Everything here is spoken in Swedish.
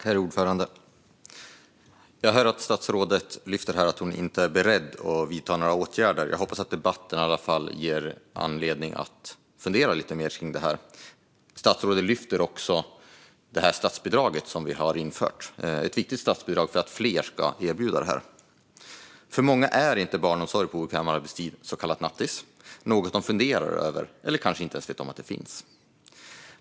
Herr talman! Jag hör att statsrådet här lyfter fram att hon inte är beredd att vidta några åtgärder. Men jag hoppas i alla fall att debatten ger henne anledning att fundera lite mer på detta. Statsrådet lyfter också fram det statsbidrag som vi har infört. Det är ett viktigt statsbidrag för att fler kommuner ska erbjuda detta. För många är barnomsorg på obekväm arbetstid, så kallade nattis, inte något som de funderar över. De kanske inte ens vet om att det finns.